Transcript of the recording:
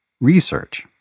research